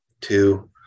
Two